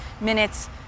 minutes